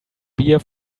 beer